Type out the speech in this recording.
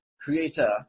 Creator